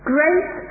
Great